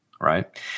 right